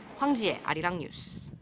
hwang ji-hye, arirang news.